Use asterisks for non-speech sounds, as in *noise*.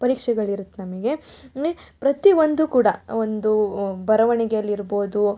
ಪರೀಕ್ಷೆಗಳಿರುತ್ತೆ ನಮಗೆ *unintelligible* ಪ್ರತಿ ಒಂದು ಕೂಡ ಒಂದು ಬರವಣಿಗೆಯಲ್ಲಿರ್ಬೋದು